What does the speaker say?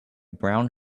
brown